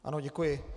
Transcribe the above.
Ano, děkuji.